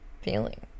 feeling